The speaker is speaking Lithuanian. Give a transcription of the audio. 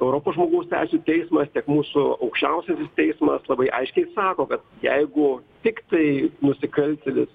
europos žmogaus teisių teismas tiek mūsų aukščiausiasis teismas labai aiškiai sako kad jeigu tiktai nusikaltėlis